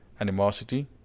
animosity